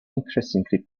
increasingly